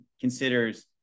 considers